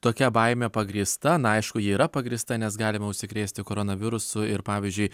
tokia baimė pagrįsta na aišku ji yra pagrįsta nes galima užsikrėsti koronavirusu ir pavyzdžiui